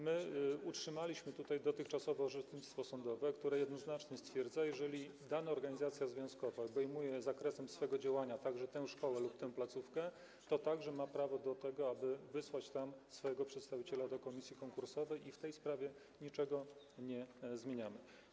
My utrzymaliśmy tutaj dotychczasowe orzecznictwo sądowe, które jednoznacznie stwierdza: jeżeli dana organizacja związkowa obejmuje zakresem swego działania także tę szkołę lub tę placówkę, to także ma prawo do tego, aby wysłać tam swojego przedstawiciela do komisji konkursowej, i w tej sprawie niczego nie zmieniamy.